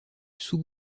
sous